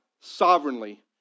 sovereignly